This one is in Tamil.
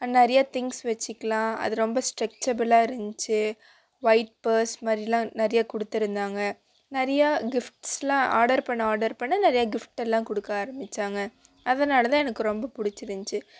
நிறைய திங்க்ஸ் வச்சுக்கிலாம் அது ரொம்ப ஸ்ட்ரக்ச்சபிளாக இருந்திச்சு லைட் பேர்ஸ் மாதிரிலாம் நிறைய கொடுத்துருந்தாங்க நிறைய கிஃப்ட்ஸ்லாம் ஆடர் பண்ண ஆடர் பண்ண நிறைய கிஃப்ட்டல்லாம் கொடுக்க ஆரம்பிச்சாங்கள் அதுனால் தான் எனக்கு ரொம்ப பிடிச்சிருந்திச்சி